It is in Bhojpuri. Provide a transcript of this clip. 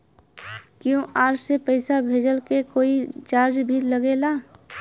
क्यू.आर से पैसा भेजला के कोई चार्ज भी लागेला?